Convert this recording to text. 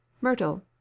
Myrtle